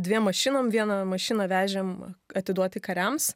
dviem mašinom vieną mašiną vežėm atiduoti kariams